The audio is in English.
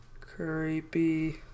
Creepy